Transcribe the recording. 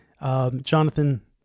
Jonathan